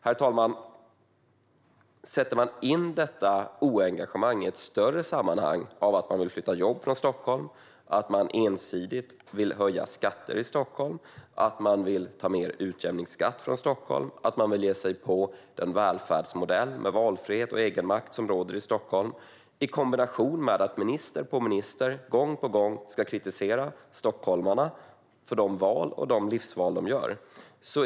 Herr talman! Detta bristande engagemang kan sättas in i ett större sammanhang där regeringen vill flytta jobb från Stockholm, ensidigt höja skatter i Stockholm, ta mer utjämningsskatt från Stockholm och ge sig på den välfärdsmodell med valfrihet och egenmakt som råder i Stockholm. I kombination med detta ska minister på minister gång på gång kritisera stockholmarna för de val och livsval de gör.